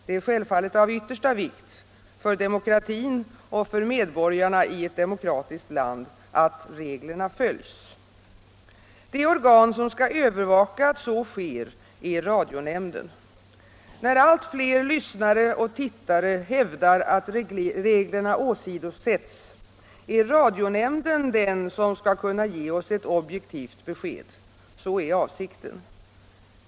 Det är självfallet av yttersta vikt — för demokratin och för medborgarna i ett demokratiskt land — att reglerna följs. Det organ som skall övervaka att så sker är radionämnden. När allt fler lyssnare och tittare hävdar att reglerna åsidosätts är radionämnden den som skall kunna ge oss ett objektivt besked. Så är avsikten.